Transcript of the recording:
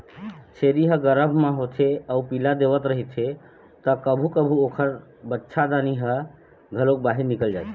छेरी ह गरभ म होथे अउ पिला देवत रहिथे त कभू कभू ओखर बच्चादानी ह घलोक बाहिर निकल जाथे